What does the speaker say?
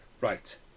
Right